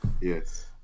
Yes